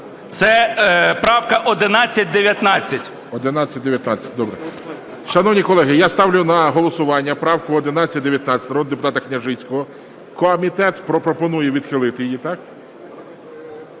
ГОЛОВУЮЧИЙ. 1119. Добре. Шановні колеги, я ставлю на голосування правку 1119 народного депутата Княжицького. Комітет пропонує відхилити її, так?